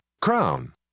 Crown